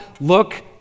Look